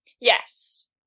Yes